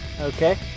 Okay